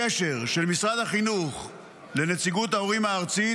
הקשר של משרד החינוך לנציגות ההורים הארצית